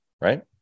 Right